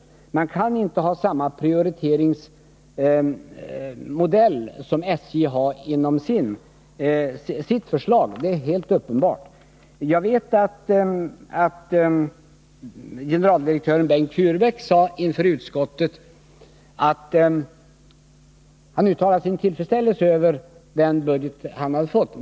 Man kan inte ha samma prioriteringsmodell som SJ har i sitt förslag, det är helt uppenbart. Jag vet att generaldirektören Bengt Furbäck inför utskottet uttalade sin tillfredsställelse över den del av budgeten som rörde SJ.